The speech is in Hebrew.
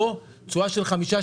או תשואה של 5,